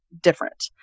different